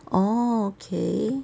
orh okay